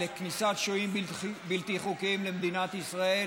לכניסת שוהים בלתי חוקיים למדינת ישראל